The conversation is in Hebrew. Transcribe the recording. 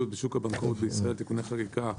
בשוק הבנקאות בישראל (תיקוני חקיקה),